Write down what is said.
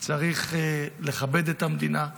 צריך לכבד את המדינה,